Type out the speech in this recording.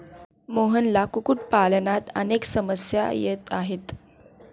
मोहनला कुक्कुटपालनात अनेक समस्या येत आहेत